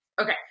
Okay